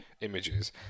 images